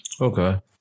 Okay